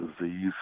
disease